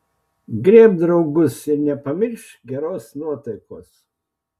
griebk draugus ir nepamiršk geros nuotaikos